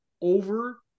over